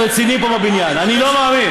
אני לא מאמין.